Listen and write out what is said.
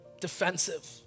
defensive